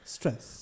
Stress